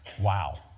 wow